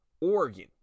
Oregon